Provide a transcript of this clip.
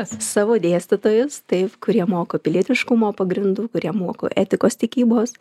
savo dėstytojus taip kurie moko pilietiškumo pagrindų kurie moko etikos tikybos